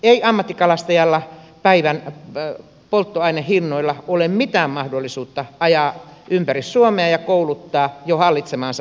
ei ammattikalastajalla päivän polttoainehinnoilla ole mitään mahdollisuutta ajaa ympäri suomea ja kouluttautua jo hallitsemalleen alalle